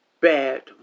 bad